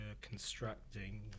constructing